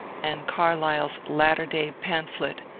and carlyle's latter-day pamphlet,